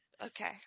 Okay